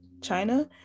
China